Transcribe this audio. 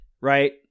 Right